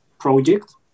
Project